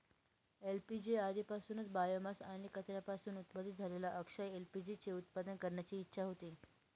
LPG आधीपासूनच biomass आणि कचऱ्यापासून उत्पादित झालेल्या अक्षय एल.पी.जी चे उत्पादन करण्याची इच्छा होती